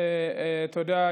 אתה יודע,